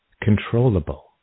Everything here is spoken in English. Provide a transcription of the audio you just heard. controllable